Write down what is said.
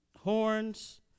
horns